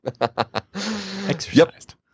Exercised